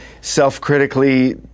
self-critically